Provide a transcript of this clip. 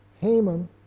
Haman